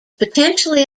potentially